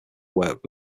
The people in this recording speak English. work